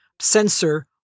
sensor